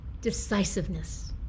decisiveness